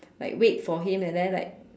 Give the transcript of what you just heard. like wait for him and then like